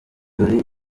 dore